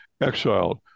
exiled